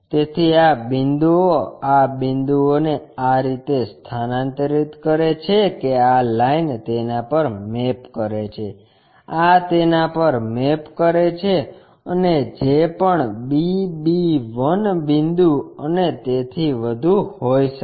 તેથી આ બિંદુઓ આ બિંદુઓને આ રીતે સ્થાનાંતરિત કરે છે કે આ લાઇન તેના પર મેપ કરે છે આ તેના પર મેપ કરે છે અને જે પણ b b 1 બિંદુ અને તેથી વધુ હોય શકે